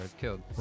killed